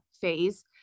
phase